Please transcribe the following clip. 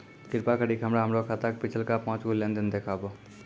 कृपा करि के हमरा हमरो खाता के पिछलका पांच गो लेन देन देखाबो